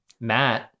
Matt